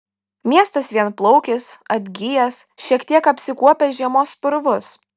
miestas vienplaukis atgijęs šiek tiek apsikuopęs žiemos purvus